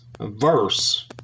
verse